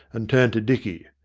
and turned to dicky.